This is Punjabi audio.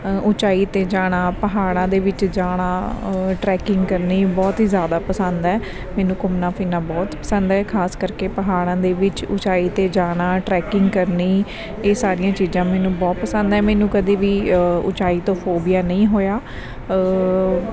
ਉੱਚਾਈ 'ਤੇ ਜਾਣਾ ਪਹਾੜਾਂ ਦੇ ਵਿੱਚ ਜਾਣਾ ਟਰੈਕਿੰਗ ਕਰਨੀ ਬਹੁਤ ਹੀ ਜ਼ਿਆਦਾ ਪਸੰਦ ਹੈ ਮੈਨੂੰ ਘੁੰਮਣਾ ਫਿਰਨਾ ਬਹੁਤ ਪਸੰਦ ਹੈ ਖਾਸ ਕਰਕੇ ਪਹਾੜਾਂ ਦੇ ਵਿੱਚ ਉੱਚਾਈ 'ਤੇ ਜਾਣਾ ਟਰੈਕਿੰਗ ਕਰਨੀ ਇਹ ਸਾਰੀਆਂ ਚੀਜ਼ਾਂ ਮੈਨੂੰ ਬਹੁਤ ਪਸੰਦ ਹੈ ਮੈਨੂੰ ਕਦੇ ਵੀ ਉੱਚਾਈ ਤੋਂ ਫੋਬੀਆ ਨਹੀਂ ਹੋਇਆ